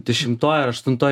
dešimtoj aštuntoj